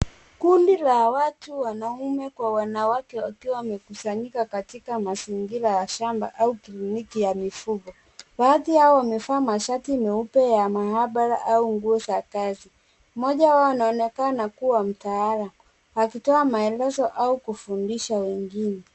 Kundi la watu wanawake kwa wanaume wakiwa wamekusanyika katika mazingira ya shamba au kliniki ya mifugo. Baadhi yao wamevaa mashati meupe ya maabara au nguo za kazi. Mmoja wao anaonekana kuwa mtaalamu akitoa maelezo au kufundisha wengine.